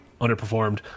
underperformed